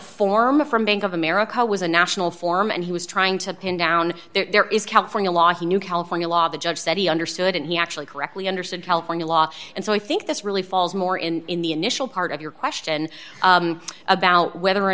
form of from bank of america was a national form and he was trying to pin down there is california law he knew california law the judge said he understood and he actually correctly understood california law and so i think that's really falls more in in the initial part of your question about whether or